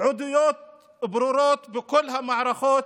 עדויות ברורות בכל המערכות